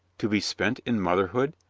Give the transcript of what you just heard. to be spent in motherhood?